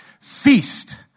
Feast